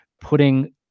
putting